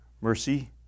mercy